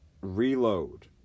Reload